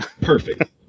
Perfect